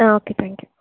ఆ okay thank you